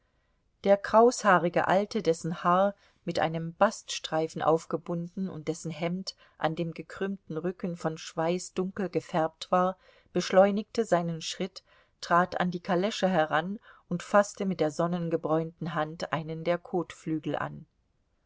der kraushaarige alte dessen haar mit einem baststreifen aufgebunden und dessen hemd an dem gekrümmten rücken von schweiß dunkel gefärbt war beschleunigte seinen schritt trat an die kalesche heran und faßte mit der sonnengebräunten hand einen der kotflügel an